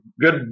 good